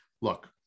Look